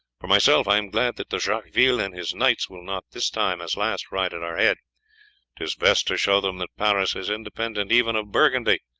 for myself, i am glad that de jacqueville and his knights will not this time, as last, ride at our head tis best to show them that paris is independent even of burgundy,